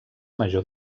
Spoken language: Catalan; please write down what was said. major